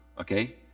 okay